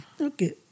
Okay